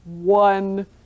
one